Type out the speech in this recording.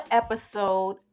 episode